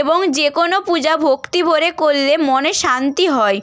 এবং যে কোনো পূজা ভক্তি ভরে করলে মনে শান্তি হয়